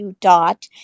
dot